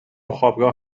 خوابگاه